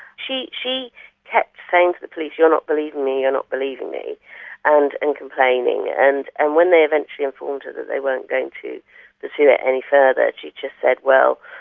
she she kept saying to the police, you're not believing me, you're and not believing me and and complaining, and and when they eventually informed her that they weren't going to pursue it any further, she just said, well,